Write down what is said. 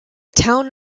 town